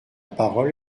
parole